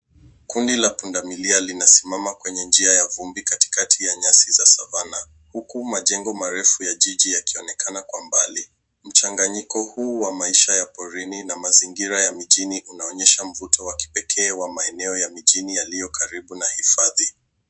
Kundi la pundamilia linasimama kwenye njia ya vumbi katikati ya nyasi za savannah . Huku majengo marefu ya jiji yakionekana kwa mbali. Mchanganyiko huu wa maisha ya porini na mazingira ya mijini unaonyesha mvuto wa kipekee wa maeneo ya mijini yaliyo karibu na hifadhi.